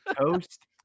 Toast